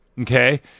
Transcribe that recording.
Okay